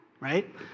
right